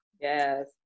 yes